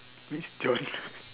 which genre